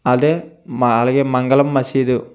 అదే అలాగే మంగళం మసీదు